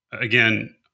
again